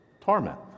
torment